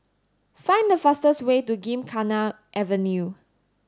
find the fastest way to Gymkhana Avenue